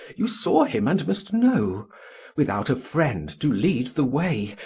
you saw him and must know without a friend to lead the way,